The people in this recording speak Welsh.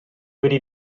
wedi